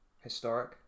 historic